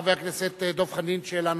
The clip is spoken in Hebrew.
חבר הכנסת דב חנין, שאלה נוספת.